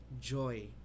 joy